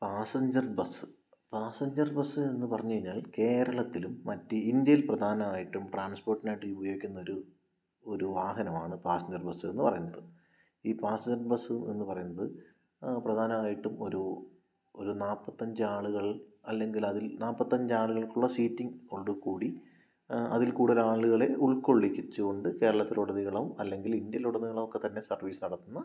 passenger bus passenger bus എന്ന് പറഞ്ഞു കഴിഞ്ഞാൽ കേരളത്തിലും മറ്റ് ഇന്ത്യയിൽ പ്രധാനമായിട്ടും ട്രാൻസ്പോർട്ടിനായിട്ട് ഉപയോഗിക്കുന്ന ഒരു ഒരു വാഹനമാണ് പാസഞ്ചർ ബസ്സ് എന്നു പറയുന്നത് ഈ പാസഞ്ചർ ബസ്സ് എന്നു പറയുന്നത് പ്രധാനമായിട്ടും ഒരു ഒരു നാൽപ്പത്തഞ്ച് ആളുകൾ അല്ലെങ്കിൽ അതിൽ നാൽപ്പത്തഞ്ചാളുകൾക്കുള്ള സീറ്റിങ്ങോടുകൂടി അതിൽ കൂടുതലാളുകളെ ഉൾക്കൊള്ളിച്ചുകൊണ്ട് കേരളത്തിലുടനീളം അല്ലെങ്കിൽ ഇന്ത്യയിലുടെനീളമൊക്കെ തന്നെ സർവീസ് നടത്തുന്ന